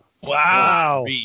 Wow